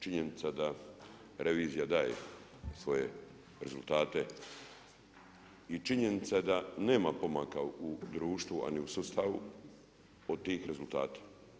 Činjenica da revizija daje svoje rezultate i činjenica je da nema pomaka u društvu, a ni u sustavu od tih rezultata.